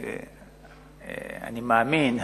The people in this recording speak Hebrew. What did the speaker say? אני מאמין,